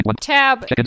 tab